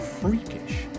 freakish